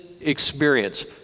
experience